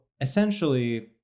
essentially